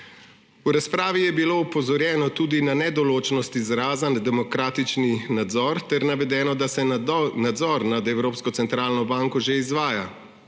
V razpravi je bilo opozorjeno tudi na nedoločnost izraza demokratični nadzor ter navedeno, da se nadzor nad Evropsko centralno banko že izvaja.